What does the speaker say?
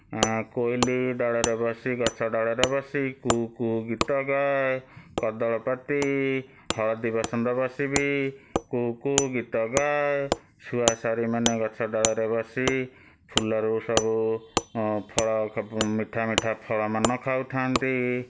କୋଇଲି ଡାଳରେ ବସି ଗଛ ଡାଳରେ ବସି କୁହୁ କୁହୁ ଗୀତଗାଏ କଜଳପାତି ହଳଦୀବସନ୍ତ ବସି ବି କୁହୁ କୁହୁ ଗୀତ ଗାଏ ଶୁଆ ଶାରୀମାନେ ଗଛ ଡାଳରେ ବସି ଫୁଲରୁ ସବୁ ଫଳ ମିଠା ମିଠା ଫଳ ମାନ ଖାଉଥାନ୍ତି